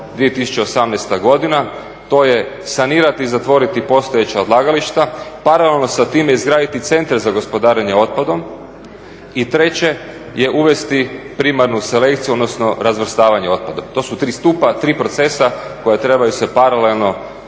2018. godina. To je sanirati i zatvoriti postojeća odlagališta, paralelno sa time izgraditi centre za gospodarenje otpadom. I treće je uvesti primarnu selekciju, odnosno razvrstavanje otpadom. To su tri stupa, tri procesa koja trebaju se paralelno odvijati.